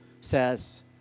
says